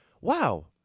wow